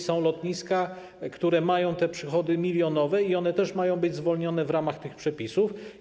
Są lotniska, które mają te przychody milionowe, i one też mają być zwolnione z podatku w ramach tych przepisów.